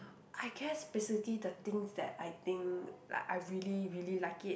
I guess basically the things that I think like I really really like it